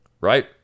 Right